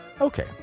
Okay